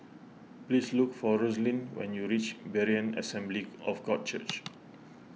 please look for Roslyn when you reach Berean Assembly of God Church